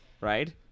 Right